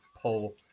pull